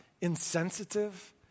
insensitive